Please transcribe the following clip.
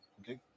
Okay